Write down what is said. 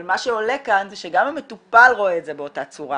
אבל מה שעולה כאן זה שגם המטופל רואה את זה באותה צורה.